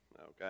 Okay